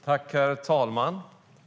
Herr talman!